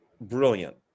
brilliant